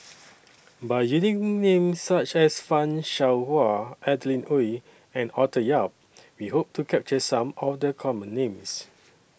By using Names such as fan Shao Hua Adeline Ooi and Arthur Yap We Hope to capture Some of The Common Names